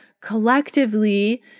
collectively